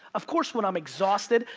of course when i'm exhausted,